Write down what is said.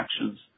actions